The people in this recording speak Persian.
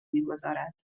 میگذارد